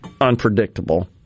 unpredictable